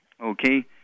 Okay